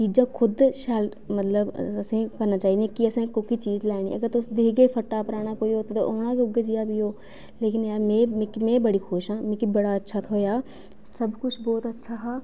चीज़ा खुद असेंगी गी करनी चाहिदी के असें कोह्की चीज़ लैनी ऐ ते कोह्की चीज़ नेई अगर तुस दिखगे ओ कोई फटा परना ते औना गै उ'ऐ जेहा फ्ही ओह् लेकिन यार में बड़ी खुश आं मिकी बड़ा अच्छा थ्होआ सब किश बहुत अच्छा हा